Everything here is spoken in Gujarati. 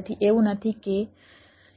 તેથી એવું નથી કે